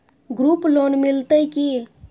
Group loan मिलतै की?